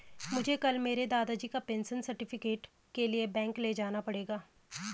मुझे कल मेरे दादाजी को पेंशन सर्टिफिकेट के लिए बैंक ले जाना पड़ेगा